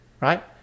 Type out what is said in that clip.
right